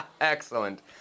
Excellent